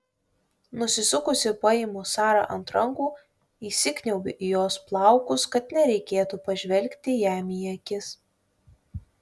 nusisukusi paimu sarą ant rankų įsikniaubiu į jos plaukus kad nereikėtų pažvelgti jam į akis